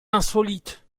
insolite